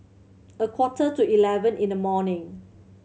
a quarter to eleven in the morning